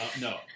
No